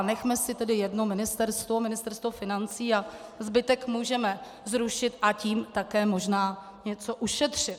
Nechme si tedy jedno ministerstvo, Ministerstvo financí, a zbytek můžeme zrušit, a tím také možná něco ušetřit.